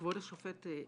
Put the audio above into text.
כבוד השופט,